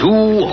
Two